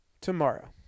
tomorrow